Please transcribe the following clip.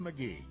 McGee